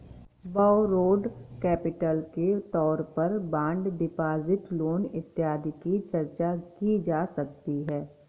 borrowed capital के तौर पर बॉन्ड डिपॉजिट लोन इत्यादि की चर्चा की जा सकती है